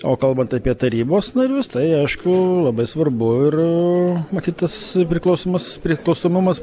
o kalbant apie tarybos narius tai aišku labai svarbu ir matyt tas priklausomas priklausomumas